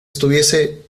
estuviese